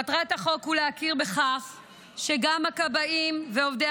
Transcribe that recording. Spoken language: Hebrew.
מטרת החוק להכיר בכך שגם הכבאים ועובדי